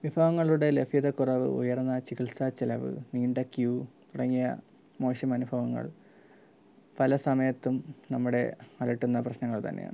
വിഭവങ്ങളുടെ ലഭ്യതക്കുറവ് ഉയർന്ന ചികിത്സാചെലവ് നീണ്ട ക്യു തുടങ്ങിയ മോശം അനുഭവങ്ങൾ പല സമയത്തും നമ്മുടെ അലട്ടുന്ന പ്രശ്നങ്ങൾ തന്നെയാണ്